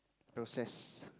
low sass